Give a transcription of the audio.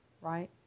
right